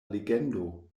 legendo